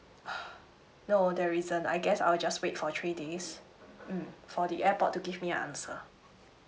no there isn't I guess I'll just wait for three days mm for the airport to give me a answer